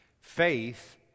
Faith